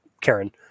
Karen